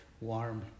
warm